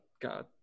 God